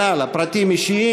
פרטים אישיים"